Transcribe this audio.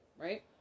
right